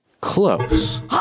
Close